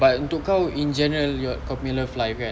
but untuk kau in general your kau punya love life kan